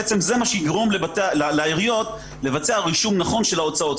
זה מה שיגרום לעיריות לבצע רישום נכון של ההוצאות.